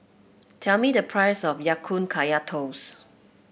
tell me the price of Ya Kun Kaya Toast